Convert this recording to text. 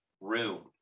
room